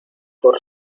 por